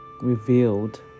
revealed